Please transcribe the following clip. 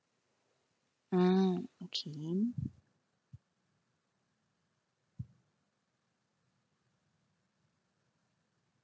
mm okay